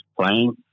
playing